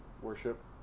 worship